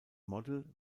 model